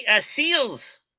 Seals